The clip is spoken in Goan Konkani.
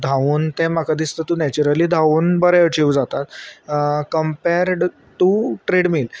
धांवन तें म्हाका दिसता तूं नॅचरली धांवन बरे अचिव जातात कंपेर्ड टू ट्रेडमील